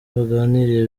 baganiriye